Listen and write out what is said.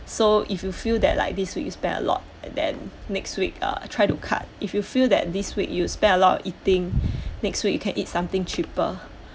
so if you feel that like this week you spent a lot and then next week uh try to cut if you feel that this week you spend a lot of eating next week you can eat something cheaper